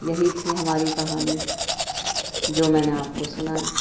یہی تھی ہماری کہانی جو میں نے آپ کو سنائی